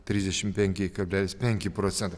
trisdešim penki kablelis penki procentai